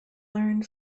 learned